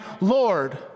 Lord